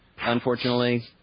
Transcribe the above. unfortunately